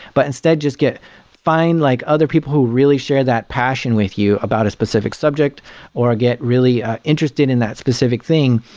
but instead just get fine, like other people who really share that passion with you about a specific subject or get really interested in that specific thing.